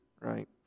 right